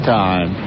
time